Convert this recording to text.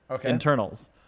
internals